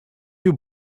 you